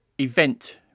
event